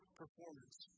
performance